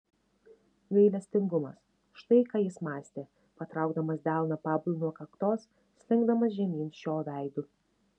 gailestingumas štai ką jis mąstė patraukdamas delną pablui nuo kaktos slinkdamas žemyn šio veidu